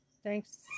Thanks